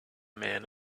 man